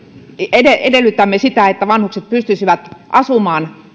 edellytämme sitä että vanhukset pystyisivät asumaan